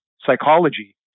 psychology